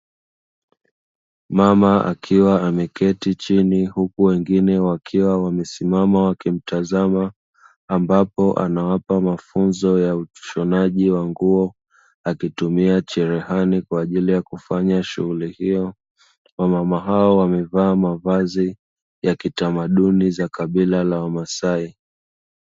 Mama akiwa ameketi chini huku wengine wakiwa wamesimama wakimtazama ambapo anawapa mafunzo ya ushonaji wa nguo akitumia cherehani kwa ajili ya kufanya shughuli hiyo. Wamama hao wamevaa mavazi ya kitamaduni za kabila la wamasai.